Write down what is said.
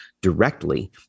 directly